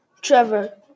Trevor